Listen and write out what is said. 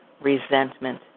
resentment